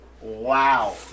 Wow